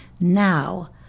Now